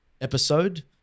episode